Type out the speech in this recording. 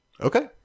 Okay